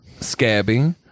Scabby